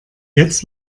jetzt